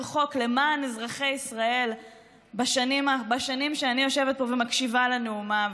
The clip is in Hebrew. חוק למען אזרחי ישראל בשנים שאני יושבת פה ומקשיבה לנאומיו.